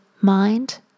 mind